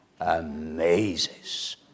amazes